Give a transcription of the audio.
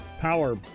power